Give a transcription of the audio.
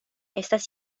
estas